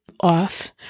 off